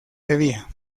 sevilla